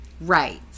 Right